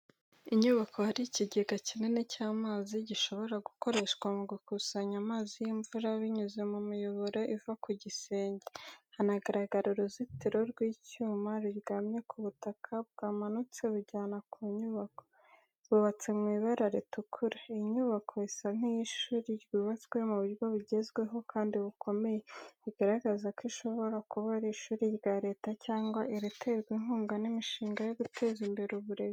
Inyubako hari ikigega kinini cy’amazi, gishobora gukoreshwa mu gukusanya amazi y’imvura binyuze mu miyoboro iva ku gisenge. Hanagaragara uruzitiro rw’icyuma ruryamye ku butaka bwamanutse bujyana ku nyubako, rwubatswe mu ibara ritukura. Iyi nyubako isa nk’iy’ishuri ryubatswe mu buryo bugezweho kandi bukomeye, bigaragaza ko ishobora kuba ari ishuri rya Leta cyangwa iriterwa inkunga n’imishinga yo guteza imbere uburezi.